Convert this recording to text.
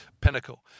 pinnacle